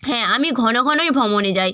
হ্যাঁ আমি ঘন ঘনই ভ্রমণে যাই